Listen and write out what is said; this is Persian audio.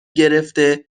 گرفته